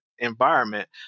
environment